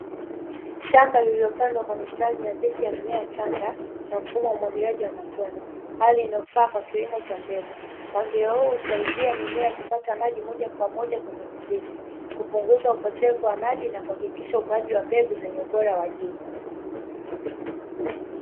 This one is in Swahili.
Shamba lililopandwa kwa mistari nadhifu ya mimea changa na mfumo wa umwagiliaji wa matone, hali inayofaa kwa kilimo cha mbegu. Mpangilio huu husaidia mimea kupata maji moja kwa moja kwenye mizizi, kupunguza upotevu wa maji na kuhakikisha ukuaji wa mbegu zenye ubora wa juu.